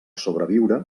sobreviure